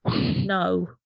No